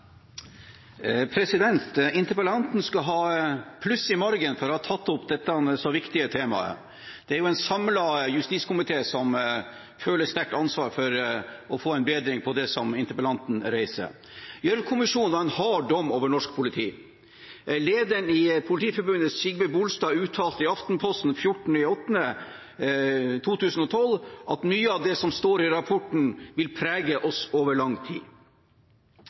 en samlet justiskomité som føler sterkt ansvar for å få en bedring på det som interpellanten tar opp. Gjørv-kommisjonen kom med en hard dom over norsk politi. Nåværende leder i Politiforbundet, Sigve Bolstad, uttalte i Aftenposten 14. august 2012 at «mye av det som står i denne rapporten kommer til å prege oss i lang, lang tid